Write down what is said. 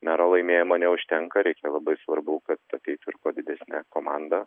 mero laimėjimo neužtenka reikia labai svarbu kad ateitų ir kuo didesnė komanda